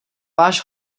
váš